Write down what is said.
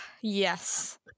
yes